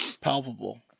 Palpable